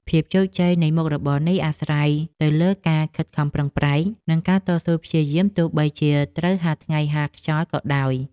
ភាពជោគជ័យនៃមុខរបរនេះអាស្រ័យទៅលើការខិតខំប្រឹងប្រែង និងការតស៊ូព្យាយាមទោះបីជាត្រូវហាលថ្ងៃហាលខ្យល់ក៏ដោយ។